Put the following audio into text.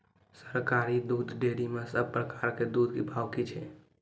सरकारी दुग्धक डेयरी मे सब प्रकारक दूधक भाव की छै?